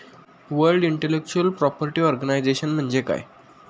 World intellectual property organisation म्हणजे काय?